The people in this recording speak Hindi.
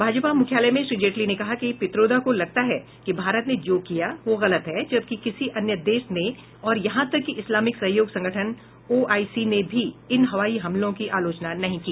भाजपा मुख्यालय में श्री जेटली ने कहा कि पित्रोदा को लगता है कि भारत ने जो किया वो गलत है जबकि किसी अन्य देश ने और यहां तक कि इस्लामिक सहयोग संगठन ओआईसी ने भी इन हवाई हमले की आलोचना नहीं की